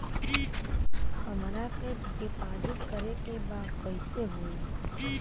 हमरा के डिपाजिट करे के बा कईसे होई?